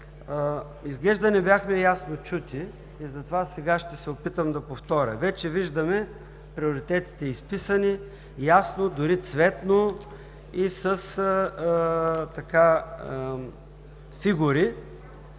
Изглежда не бяхме ясно чути. Затова сега ще се опитам да повторя. Вече виждаме приоритетите изписани ясно, дори цветно, с фигури.